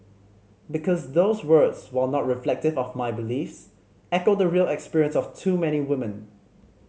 because those words while not reflective of my beliefs echo the real experience of too many women